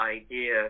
idea